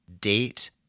date